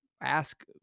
ask